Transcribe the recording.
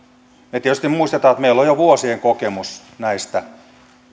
me tietysti muistamme että meillä on jo vuosien kokemus näistä